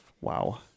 Wow